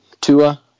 Tua